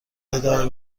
ادامه